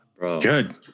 Good